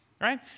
right